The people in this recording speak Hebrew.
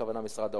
הכוונה משרד האוצר,